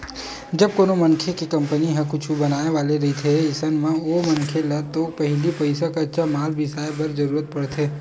जब कोनो मनखे के कंपनी ह कुछु बनाय वाले रहिथे अइसन म ओ मनखे ल तो पहिली पइसा कच्चा माल बिसाय बर जरुरत पड़थे